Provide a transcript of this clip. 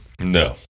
No